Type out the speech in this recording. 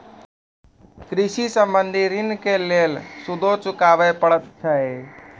कृषि संबंधी ॠण के लेल सूदो चुकावे पड़त छै?